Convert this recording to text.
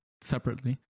separately